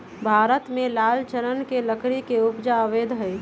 भारत में लाल चानन के लकड़ी के उपजा अवैध हइ